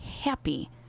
happy